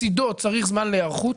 שמצדו צריך זמן להיערכות,